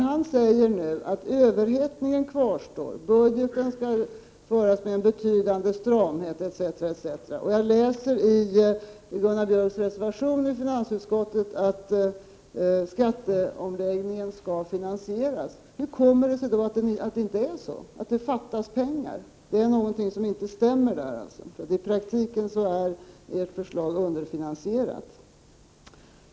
Han säger nu att överhettningen kvarstår, att budgeten skall föras med betydande stramhet etc., och jag läser i Gunnar Björks reservation i finansutskottet att skatteomläggningen skall finasieras. Hur kommer det sig då att det inte är så, att det fattas pengar? Det är alltså någonting som inte stämmer. I praktiken är ert förslag underfinansierat.